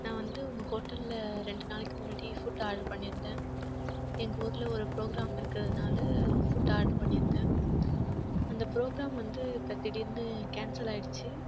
நான் வந்து உங்கள் ஹோட்டலில் ரெண்டு நாளைக்கு முன்னாடி ஃபுட் ஆட்ரு பண்ணியிருந்தேன் எங்கள் ஊரில் ஒரு ப்ரோக்ராம் இருக்குறதுனால் ஃபுட் ஆட்ரு பண்ணியிருந்தேன் அந்த ப்ரோக்ராம் வந்து இப்போ திடீர்னு கேன்சல் ஆயிடுத்து